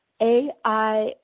AI